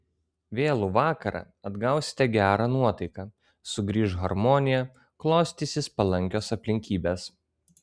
vėlų vakarą atgausite gerą nuotaiką sugrįš harmonija klostysis palankios aplinkybės